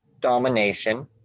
domination